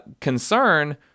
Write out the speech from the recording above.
concern